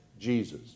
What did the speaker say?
Jesus